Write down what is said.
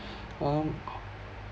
um